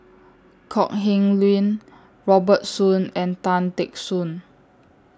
Kok Heng Leun Robert Soon and Tan Teck Soon